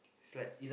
it's like